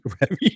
revenue